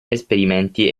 esperimenti